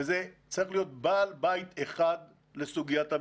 צריך להיות בעל בית אחד לסוגיית המיגון.